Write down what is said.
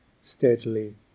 steadily